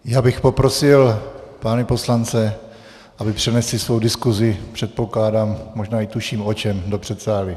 Já bych poprosil pány poslance, aby přenesli svou diskusi, předpokládám, možná i tuším o čem, do předsálí.